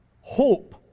Hope